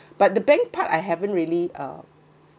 but the bank part I haven't really uh